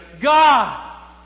God